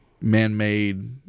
man-made